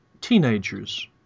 teenagers